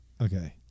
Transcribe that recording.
Okay